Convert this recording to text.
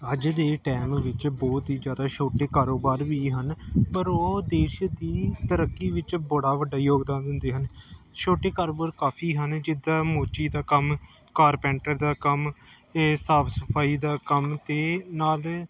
ਅੱਜ ਦੇ ਟਾਈਮ ਵਿੱਚ ਬਹੁਤ ਹੀ ਜ਼ਿਆਦਾ ਛੋਟੇ ਕਾਰੋਬਾਰ ਵੀ ਹਨ ਪਰ ਉਹ ਦੇਸ਼ ਦੀ ਤਰੱਕੀ ਵਿੱਚ ਬੜਾ ਵੱਡਾ ਯੋਗਦਾਨ ਦਿੰਦੇ ਹਨ ਛੋਟੇ ਕਾਰੋਬਾਰ ਕਾਫੀ ਹਨ ਜਿੱਦਾਂ ਮੋਚੀ ਦਾ ਕੰਮ ਕਾਰਪੈਂਟਰ ਦਾ ਕੰਮ ਇਹ ਸਾਫ ਸਫਾਈ ਦਾ ਕੰਮ ਅਤੇ ਨਾਲ